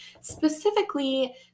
specifically